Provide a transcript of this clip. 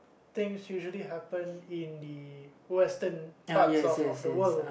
things usually happen in the Western parts of of the world